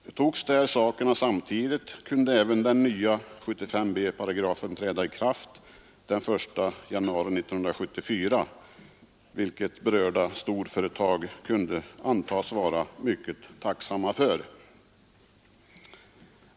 Antogs dessa saker samtidigt kunde även den nya 75b§8 träda i kraft den 1 januari 1974, vilket berörda storföretag kunde antas vara mycket tacksamma för.